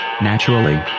naturally